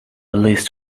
list